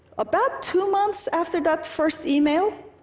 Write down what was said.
about two months after that first email,